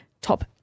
top